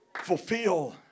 fulfill